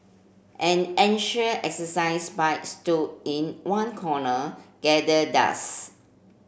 an ancient exercise bike stood in one corner gather dust